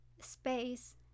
space